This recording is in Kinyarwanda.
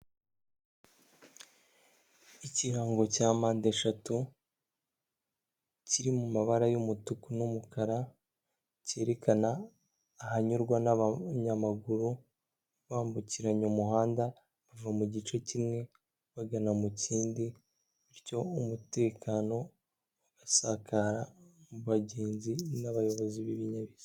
Ikirango cya mpande eshatu kiri mu mabara y'umutuku n'umukara, cyerekana ahanyurwa n'abanyamaguru, bambukiranya umuhanda, bava mu gice kimwe bagana mu kindi, bityo umutekano ugasakara mu bagenzi n'abayobozi b'ibinyabiziga.